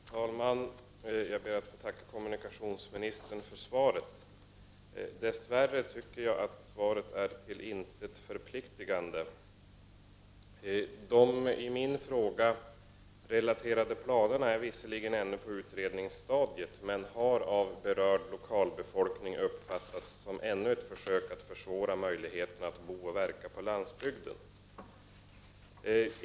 Herr talman! Jag ber att få tacka kommunikationsministern för svaret. Dess värre tycker jag att svaret är till intet förpliktande. De i min fråga relaterade planerna är visserligen ännu på utredningsstadiet men har av berörd lokalbefolkning uppfattats som ännu ett försök att försvåra möjligheterna att bo och verka på landsbygden.